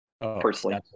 personally